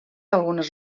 algunes